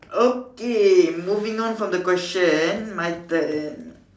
okay moving on from the question my turn